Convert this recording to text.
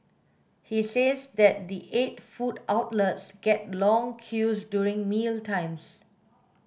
he says that the eight food outlets get long queues during mealtimes